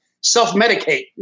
self-medicate